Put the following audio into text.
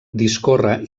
discorre